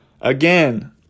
Again